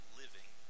living